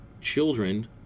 children